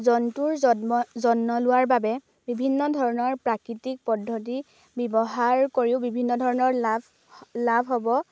জন্তুৰ যত্ন লোৱাৰ বাবে বিভিন্ন ধৰণৰ প্ৰাকৃতিক পদ্ধতি ব্যৱহাৰ কৰিও বিভিন্ন ধৰণৰ লাভ লাভ হ'ব